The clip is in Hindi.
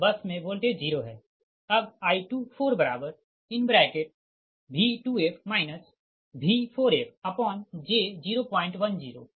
इसलिए V4f00 फॉल्टेड बस मे वोल्टेज 0 है